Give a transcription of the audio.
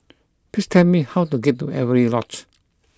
please tell me how to get to Avery Lodge